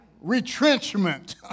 retrenchment